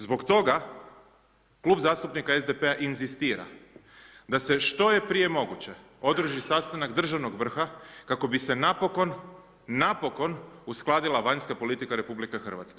Zbog toga Klub zastupnika SDP-a inzistira da se što je prije moguće održi sastanak državnog vrha kako bi se napokon, napokon uskladila vanjska politika RH.